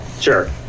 Sure